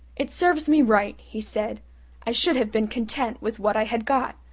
it serves me right, he said i should have been content with what i had got,